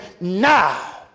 now